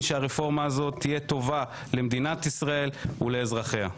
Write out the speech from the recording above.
שהרפורמה הזאת תהיה טובה למדינת ישראל ולאזרחיה.